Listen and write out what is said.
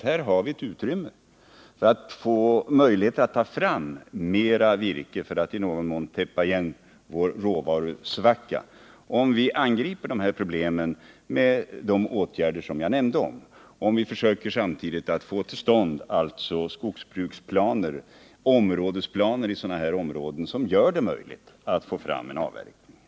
Här har vi en möjlighet att kunna ta fram mera virke och i någon mån täppa igen råvarusvackan.